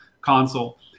console